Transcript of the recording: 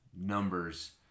numbers